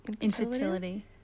infertility